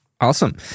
Awesome